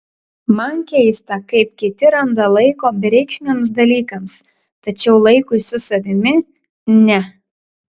man keista kaip kiti randa laiko bereikšmiams dalykams tačiau laikui su savimi ne